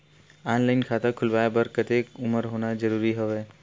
Online खाता खुलवाय बर कतेक उमर होना जरूरी हवय?